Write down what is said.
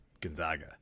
Gonzaga